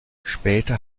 später